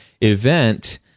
event